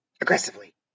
aggressively